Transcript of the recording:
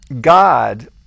God